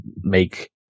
make